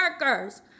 workers